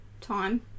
time